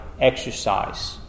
exercise